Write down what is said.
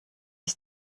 ist